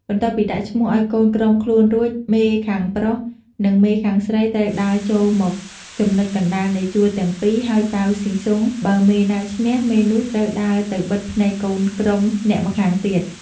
បន្ទាប់ពីដាក់ឈ្មោះឲ្យកូនក្រុមខ្លួនរួច មេខាងប្រុងនិងមេខាងស្រីត្រូវដើរចូលមកចំណុចកណ្ដាលនៃជួរទាំងពីរ ហើយប៉ាវស៊ីស៊ុង បើមេណាឈ្នះ មេនោះត្រូវដើរទៅបិទភ្នែកកូនក្រុមអ្នកម្ខាងទៀត។